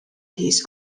his